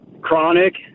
Chronic